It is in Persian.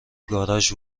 گاراژ